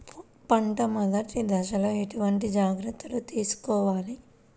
పంట మెదటి దశలో ఎటువంటి జాగ్రత్తలు తీసుకోవాలి?